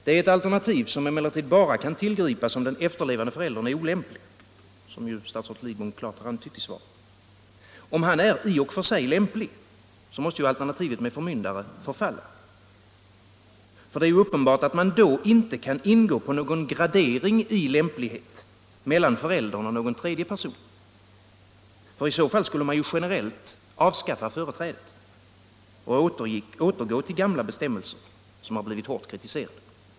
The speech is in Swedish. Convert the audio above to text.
Detta alternativ kan emellertid bara tillgripas om den efterlevande föräldern är olämplig, som statsrådet klart antytt i svaret. Om den efterlevande föräldern är i och för sig lämplig måste ju alternativet med förmyndare förfalla. Uppenbart är att man då inte kan ingå på någon gradering i lämplighet mellan föräldern och en tredje person. Annars skulle man ju generellt avskaffa företrädet och återgå till gamla bestämmelser, som har blivit så hårt kritiserade.